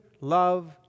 love